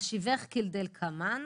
השיבך כדלקמן.